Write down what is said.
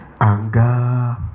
anger